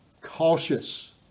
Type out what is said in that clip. cautious